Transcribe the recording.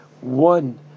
one